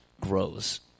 grows